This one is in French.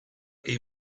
est